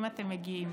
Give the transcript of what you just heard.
אם אתם מגיעים?